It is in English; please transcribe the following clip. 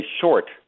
short